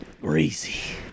Greasy